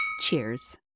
Cheers